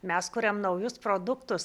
mes kuriam naujus produktus